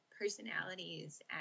personalities